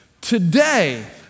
today